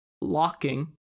Locking